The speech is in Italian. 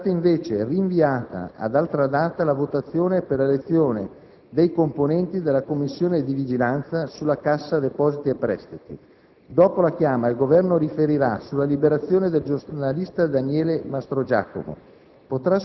È stata invece rinviata ad altra data la votazione per l'elezione dei componenti della Commissione per la vigilanza sulla Cassa depositi e prestiti. Dopo la chiama, il Governo riferirà sulla liberazione del giornalista Daniele Mastrogiacomo.